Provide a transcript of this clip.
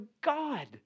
God